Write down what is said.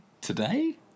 today